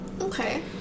Okay